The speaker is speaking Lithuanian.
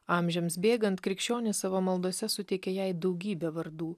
amžiams bėgant krikščionys savo maldose suteikė jai daugybę vardų